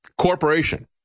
corporation